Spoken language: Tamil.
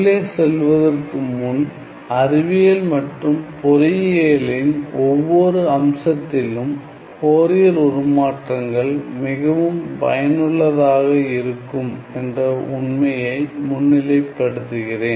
உள்ளே செல்வதற்கு முன் அறிவியல் மற்றும் பொறியியலின் ஒவ்வொரு அம்சத்திலும் ஃபோரியர் உருமாற்றங்கள் மிகவும் பயனுள்ளதாக இருக்கும் என்ற உண்மையை முன்னிலை படுத்துகிறேன்